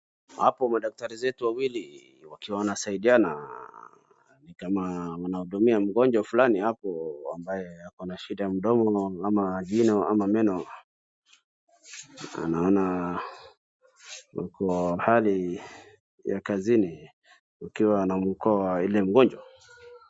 Hapo madaktari zetu wawili wakiwa wanasaidiana, ni kama wanahudumia mgonjwa fulani hapo, amabye ako na shida ya mdomo ama jino ama mno, na naona wako hali ya kazini wakiwa wanamwokoa yule mgonjwa.